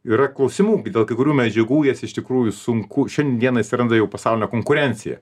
yra klausimų dėl kai kurių medžiagų jas iš tikrųjų sunku šiandieną atsiranda jau pasaulinė konkurencija